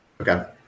Okay